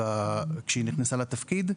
כשהיא נכנסה לתפקיד.